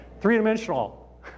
Three-dimensional